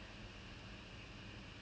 writer's wing is interesting